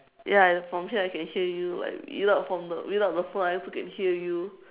ya from here I can hear you like without from the without the phone I also can hear you